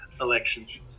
elections